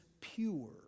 pure